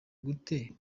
gute